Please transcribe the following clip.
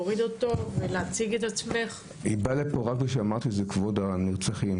היא באה לפה רק בגלל שאמרתי לה שזה כבוד המשפחה.